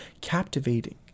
captivating